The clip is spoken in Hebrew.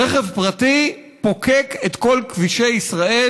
רכב פרטי פוקק את כל כבישי ישראל,